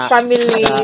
Family